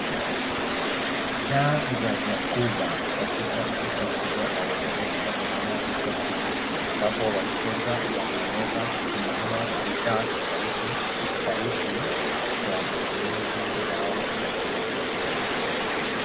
Bidhaa za vyakula katika duka kubwa la rejareja ama duka kuu ambapo wateja wanaweza kununua bidhaa tofauti tofauti kwa matumizi yao ya kila siku.